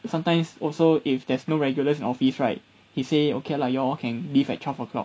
sometimes also if there's no regulars in office right he say okay lah you all can leave at twelve o'clock